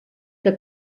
que